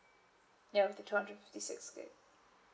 ya with the two hundred and fifty six gig